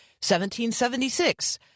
1776